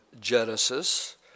Genesis